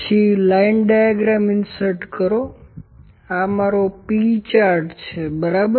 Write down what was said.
પછી line diagram insert કરો આ મારો P ચાર્ટ છે બરાબર